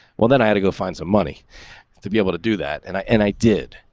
well, then i had to go find some money to be able to do that. and i and i did.